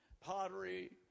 pottery